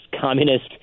communist